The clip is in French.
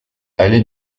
allée